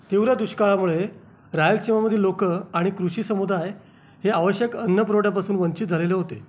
तीव्र दुष्काळामुळे रायल सीमामधील लोकं आणि कृषी समुदाय हे आवश्यक अन्नपुरवठ्यापासून वंचित झालेले होते